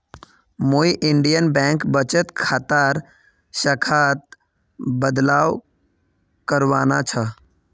मौक Indian bank बचत खातार शाखात बदलाव करवाना छ